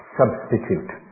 substitute